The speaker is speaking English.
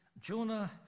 Jonah